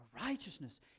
righteousness